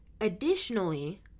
Additionally